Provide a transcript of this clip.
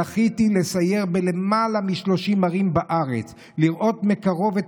זכיתי לסייר בלמעלה מ-30 ערים בארץ ולראות מקרוב את